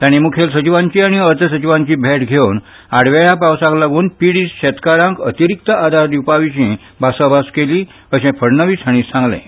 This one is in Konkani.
तांणी मुखेल सचिवांची आनी अर्थ सचिवांची भेट घेवन आडवेळ्या पावसाक लागून पिडित शेतकारांक अतिरिक्त आधार दिवपा विशीं भासाभास केली अशें फडणवीस हांणी सांगलें